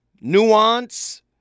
Nuance